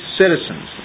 citizens